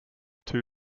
two